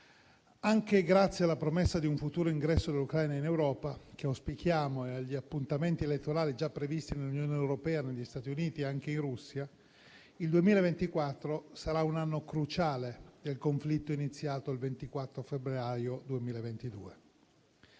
Anche grazie alla promessa di un futuro ingresso dell'Ucraina in Europa, che auspichiamo, e agli appuntamenti elettorali già previsti nell'Unione europea, negli Stati Uniti e anche in Russia, il 2024 sarà un anno cruciale del conflitto iniziato il 24 febbraio 2022.